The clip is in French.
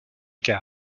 cas